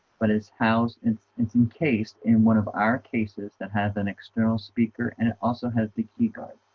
but it's housed it's it's encased in one of our cases that has an external speaker and it also has the key guard.